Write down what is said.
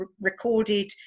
recorded